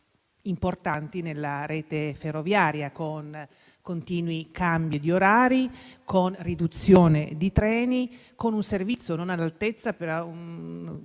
importanti nella rete ferroviaria, con continui cambi di orari, riduzione di treni, un servizio non all'altezza di un